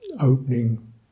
opening